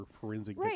forensic